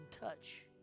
touch